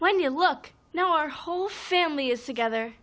when you look now our whole family is together